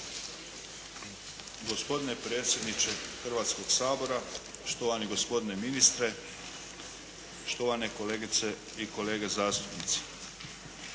Gospodine predsjedniče Hrvatskog sabora, štovani gospodine ministre, štovane kolegice i kolege zastupnici!